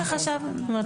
זה מה שחשבנו.